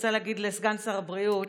אני רוצה להגיד לסגן שר הבריאות